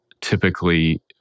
typically